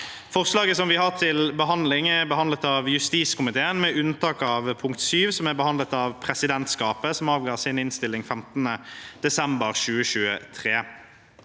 Forslaget som vi har til behandling, er behandlet av justiskomiteen, med unntak av punkt 7, som er behandlet av presidentskapet, som avga sin innstilling 15. desember 2023.